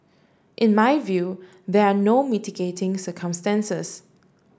in my view there are no mitigating circumstances